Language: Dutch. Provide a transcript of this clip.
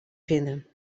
vinden